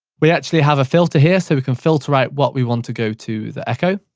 we actually have a filter here, so we can filter out what we want to go to the echo.